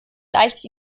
leicht